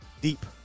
deep